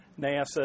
NASA